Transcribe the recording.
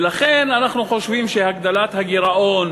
ולכן אנחנו חושבים שהגדלת הגירעון